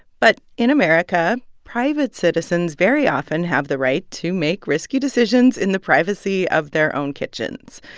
but in america, private citizens very often have the right to make risky decisions in the privacy of their own kitchens.